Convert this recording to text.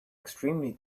extremely